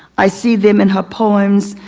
i see them in her poems,